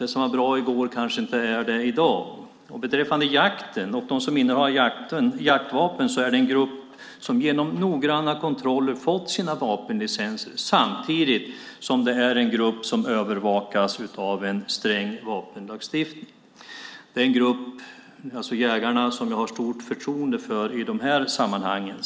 Det som var bra i går kanske inte är det i dag. De som innehar jaktvapen är en grupp som fått sina vapenlicenser genom noggranna kontroller och som övervakas av en sträng vapenlagstiftning. Jägarna är en grupp som vi har stort förtroende för i de här sammanhangen.